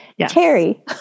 Terry